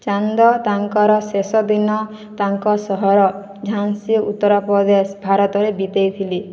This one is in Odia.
ଚାନ୍ଦ ତାଙ୍କର ଶେଷ ଦିନ ତାଙ୍କ ସହର ଝାନ୍ସି ଉତ୍ତରପ୍ରଦେଶ ଭାରତରରେ ବିତେଇଥିଲେ